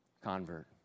convert